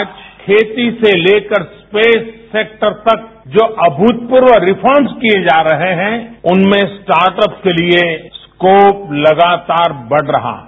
आज खेती से लेकर स्पेस सेक्टर तक जो अभूतपूर्व रिफॉर्मस किए जा रहे हैं उनमें स्टार्टअप के लिए स्कोप लगातार बढ़ रहा है